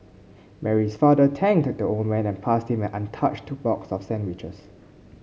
Mary's father thanked the old man and passed him an untouched box of sandwiches